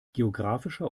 geographischer